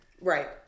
Right